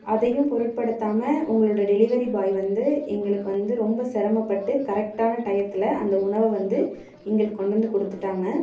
அதையும் பொருட்படுத்தாமல் உங்களோடய டெலிவரி பாய் வந்து எங்களுக்கு வந்து ரொம்ப சிரமப்பட்டு கரெக்டான டையத்தில் அந்த உணவை வந்து எங்களுக்கு கொண்டு வந்து கொடுத்துட்டாங்க